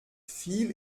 viel